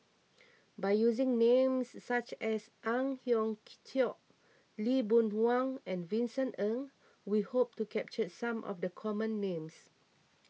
by using names such as Ang Hiong Chiok Lee Boon Wang and Vincent Ng we hope to capture some of the common names